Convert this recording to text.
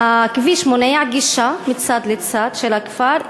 הכביש מונע גישה מצד לצד של הכפר,